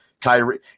Kyrie –